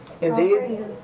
Indeed